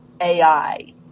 AI